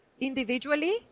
individually